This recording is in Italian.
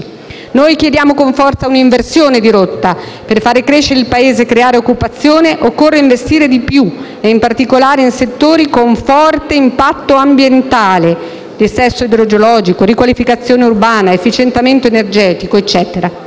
Noi chiediamo con forza un'inversione di rotta; per far crescere il Paese e creare occupazione occorre investire di più, in particolare in settori con forte impatto ambientale (dissesto idrogeologico, riqualificazione urbana, efficientamento energetico, eccetera).